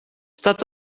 staat